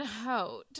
out